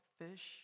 fish